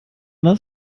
das